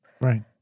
right